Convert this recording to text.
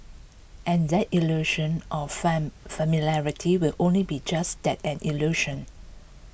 and that illusion of familiarity will only be just that an illusion